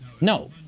No